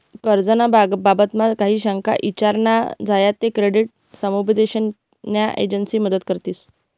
कर्ज ना बाबतमा काही शंका ईचार न्या झायात ते क्रेडिट समुपदेशन न्या एजंसी मदत करतीस